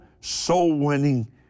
soul-winning